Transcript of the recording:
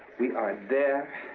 we are there